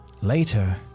Later